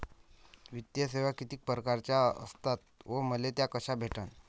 वित्तीय सेवा कितीक परकारच्या असतात व मले त्या कशा भेटन?